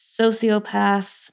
sociopath